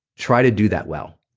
try to do that well.